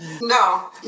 No